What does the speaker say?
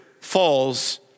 falls